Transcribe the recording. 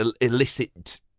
illicit